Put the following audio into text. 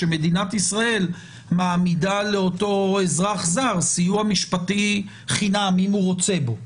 שמדינת ישראל מעמידה לאותו אזרח זר סיוע משפטי חינם אם הוא רוצה בו.